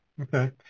okay